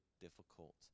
difficult